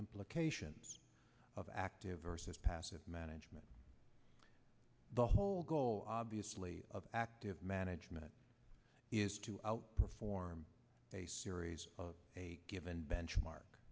implications of active versus passive management the whole goal obviously of active management is to outperform a series of a given benchmark